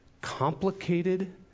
complicated